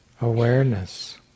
awareness